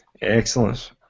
Excellent